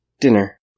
Dinner